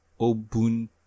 Obun